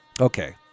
Okay